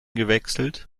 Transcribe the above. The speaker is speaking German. gewechselt